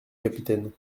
capitaine